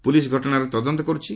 police ଘଟଣାର ତଦନ୍ତ କରୁଛି